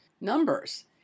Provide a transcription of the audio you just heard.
numbers